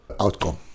outcome